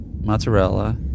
mozzarella